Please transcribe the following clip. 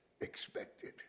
expected